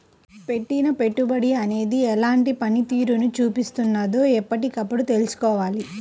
పెట్టిన పెట్టుబడి అనేది ఎలాంటి పనితీరును చూపిస్తున్నదో ఎప్పటికప్పుడు తెల్సుకోవాలి